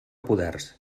poders